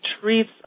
treats